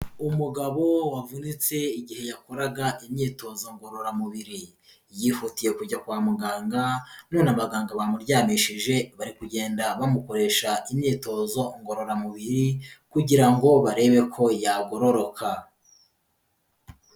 Umugabo wavunitse igihe yakoraga imyitozo ngororamubiri, yihutiye kujya kwa muganga, none abaganga bamuryamishije, bari kugenda bamukoresha imyitozo ngororamubiri, kugira ngo barebe ko yagororoka.